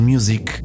Music